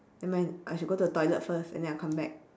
never mind I should go to the toilet first and then I'll come back